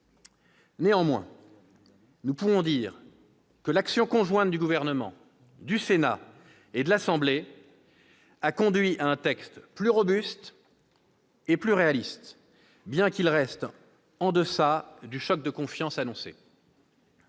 Néanmoins, nous pouvons dire que l'action conjointe du Gouvernement, du Sénat et de l'Assemblée nationale a conduit à un texte plus robuste et plus réaliste, bien qu'il reste en deçà du choc de confiance annoncé.